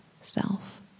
self